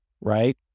right